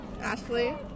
Ashley